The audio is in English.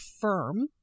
firm